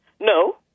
No